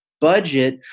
budget